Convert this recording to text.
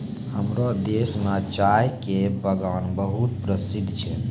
हमरो देश मॅ चाय के बागान बहुत प्रसिद्ध छै